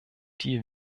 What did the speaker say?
die